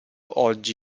oggi